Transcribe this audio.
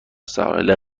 ساحل